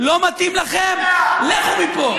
לא מתאים לכם, לכו מפה.